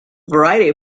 variety